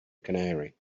canary